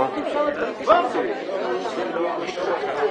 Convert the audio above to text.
הוגשה רביזיה.